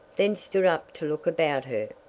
then stood up to look about her.